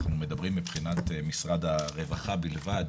אנחנו מדברים מבחינת משרד הרווחה בלבד